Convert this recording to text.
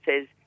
says